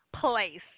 place